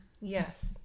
yes